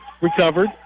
Recovered